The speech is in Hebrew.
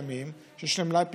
יש להם מלאי פיגומים,